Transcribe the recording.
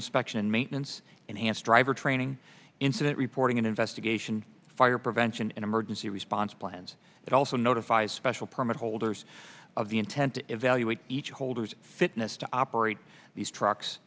inspection and maintenance enhanced driver training incident reporting and investigation fire prevention and emergency response plans it also notifies special permit holders of the intent to evaluate each holder's fitness to operate these trucks